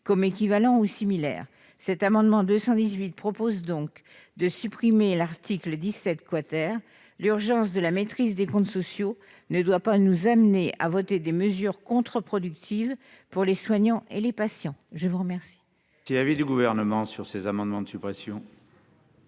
comme équivalents ou similaires. Le présent amendement vise donc à supprimer l'article 17 . L'urgence de la maîtrise des comptes sociaux ne doit pas nous amener à voter des mesures contre-productives pour les soignants et les patients. Quel